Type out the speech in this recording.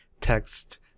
text